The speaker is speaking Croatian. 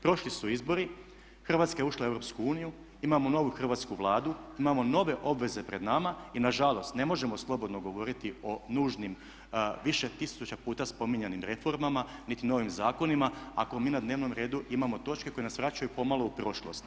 Prošli su izbori, Hrvatska je ušla u EU, imamo novu Hrvatsku vladu, imamo nove obveze pred nama i nažalost ne možemo slobodno govoriti o nužnim više tisuća puta spominjanim reformama niti novim zakonima ako mi na dnevnom redu imamo točke koje nas vraćaju pomalo u prošlost.